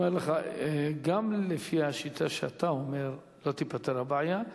גם לפי השיטה שאתה אומר לא תיפתר הבעיה,